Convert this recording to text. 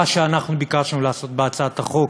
מה שביקשנו לעשות בהצעת החוק